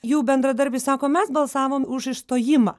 jų bendradarbiai sako mes balsavom už išstojimą